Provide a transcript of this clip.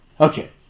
Okay